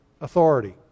authority